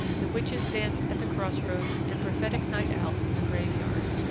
the witches' dance at the cross-roads and prophetic night-owls in the grave-yard.